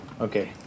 Okay